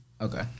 Okay